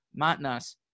matnas